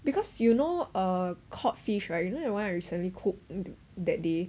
because you know uh cod fish right you know the one I recently cook that day